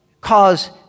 cause